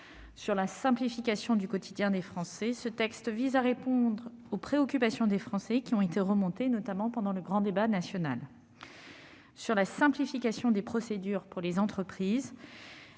Sur la simplification du quotidien des Français, ce texte vise à répondre aux préoccupations des Français, qui se sont notamment exprimées pendant le grand débat national. Sur la simplification des entreprises,